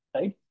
right